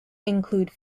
include